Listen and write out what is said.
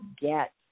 get